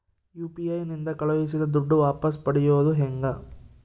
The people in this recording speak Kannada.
ಯು.ಪಿ.ಐ ನಿಂದ ಕಳುಹಿಸಿದ ದುಡ್ಡು ವಾಪಸ್ ಪಡೆಯೋದು ಹೆಂಗ?